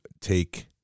take